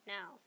Now